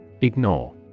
Ignore